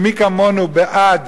ומי כמונו בעד